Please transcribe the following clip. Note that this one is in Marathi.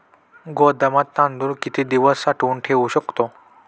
गोदामात तांदूळ किती दिवस साठवून ठेवू शकतो?